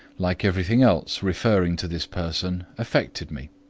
like everything else referring to this person, affected me.